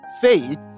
faith